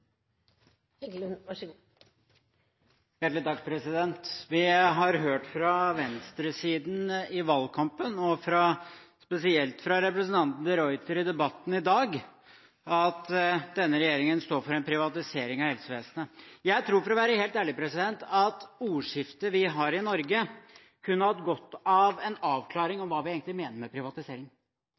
i debatten i dag, at denne regjeringen står for en privatisering av helsevesenet. Jeg tror, for å være helt ærlig, at ordskiftet vi har i Norge, kunne hatt godt av en avklaring av hva vi egentlig mener med privatisering.